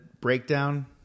breakdown